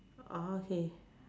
orh okay